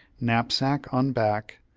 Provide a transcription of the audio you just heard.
knapsack on back,